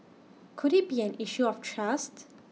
could IT be an issue of trust